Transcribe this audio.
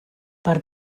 per